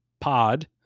pod